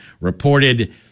reported